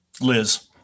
Liz